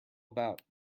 about